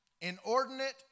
Inordinate